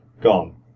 Gone